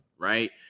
right